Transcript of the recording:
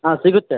ಹಾಂ ಸಿಗುತ್ತೆ